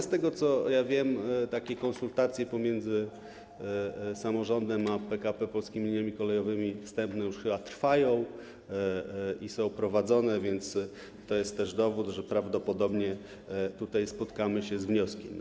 Z tego, co wiem, konsultacje pomiędzy samorządem a PKP Polskimi Liniami Kolejowymi wstępnie już chyba trwają i są prowadzone, więc to jest też dowód na to, że prawdopodobnie tutaj spotkamy się z wnioskiem.